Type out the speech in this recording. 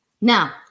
Now